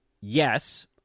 yes